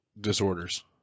disorders